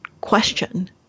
question